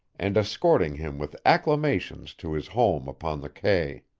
and escorting him with acclamations to his home upon the quay.